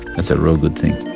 it's a real good thing.